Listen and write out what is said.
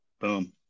boom